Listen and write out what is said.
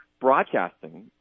broadcasting